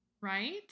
Right